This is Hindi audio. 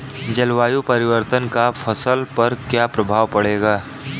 जलवायु परिवर्तन का फसल पर क्या प्रभाव पड़ेगा?